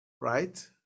Right